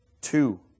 two